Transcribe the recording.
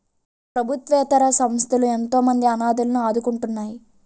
ప్రభుత్వేతర సంస్థలు ఎంతోమంది అనాధలను ఆదుకుంటున్నాయి